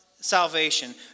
salvation